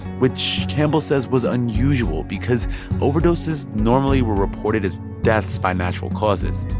which campbell says was unusual because overdoses normally were reported as deaths by natural causes.